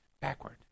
backward